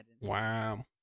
Wow